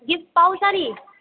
gift पाउँछ नि